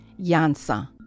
Yansa